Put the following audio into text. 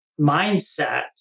mindset